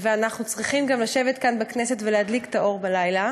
ואנחנו צריכים גם לשבת כאן בכנסת ולהדליק את האור בלילה,